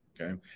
Okay